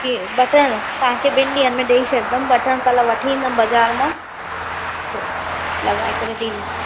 जी button तव्हांखे ॿिनि ॾींहनि में ॾई छॾिंदमि बटण कल्ह वठी ईंदमि बाज़ारि मां त लॻाए करे ॾींदी